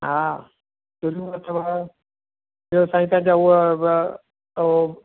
हा छुरियूं अथव ॿियो साईं पंहिंजा हूअ व ओ